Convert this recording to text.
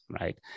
right